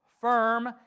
firm